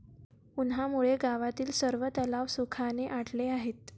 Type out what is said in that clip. उन्हामुळे गावातील सर्व तलाव सुखाने आटले आहेत